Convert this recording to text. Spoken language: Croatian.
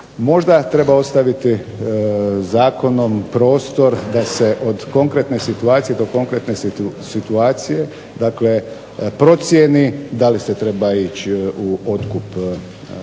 možda treba ostaviti zakonom prostor da se od konkretne situacije do konkretne situacije dakle procijeni da li se treba ići u otkup